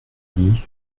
dit